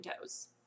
toes